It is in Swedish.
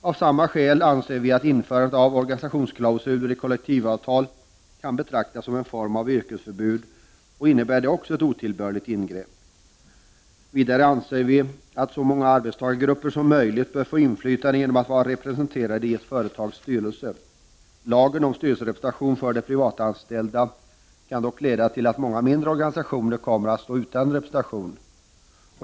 Av samma skäl anser vi att införandet av organisationsklausuler i kollektivavtal kan betraktas som en form av yrkesförbud, och innebär även det ett otillbörligt ingrepp. Vidare anser vi att så många arbetstagargrupper som möjligt bör få inflytande genom att vara representerade i ett företags styrelse. Lagen om styrelserepresentation för de privatanställda kan dock leda till att många mindre organisationer kommer att stå utan representation.